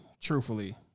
truthfully